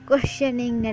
Questioning